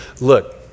look